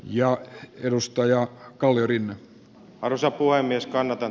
ja juustoja kalliorinne karsa puhemies kannatan